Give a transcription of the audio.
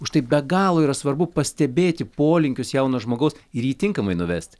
už tai be galo yra svarbu pastebėti polinkius jauno žmogaus ir jį tinkamai nuvesti